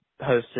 hosted